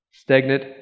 Stagnant